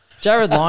Jared